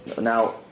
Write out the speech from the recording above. Now